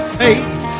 face